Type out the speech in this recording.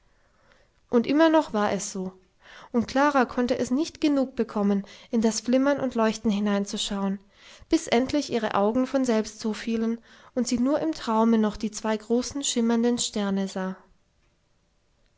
und immer noch war es so und klara konnte es nicht genug bekommen in das flimmern und leuchten hineinzuschauen bis endlich ihre augen von selbst zufielen und sie nur im traume noch die zwei großen schimmernden sterne sah